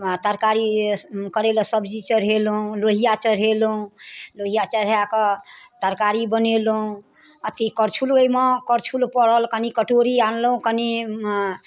तरकारी करैलए सब्जी चढ़ेलहुँ लोहिआ चढ़ेलहुँ लोहिआ चढ़ाकऽ तरकारी बनेलहुँ अथी करछुलो एहिमे करछुल पड़ल कनि कटोरी आनलहुँ कनि